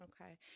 okay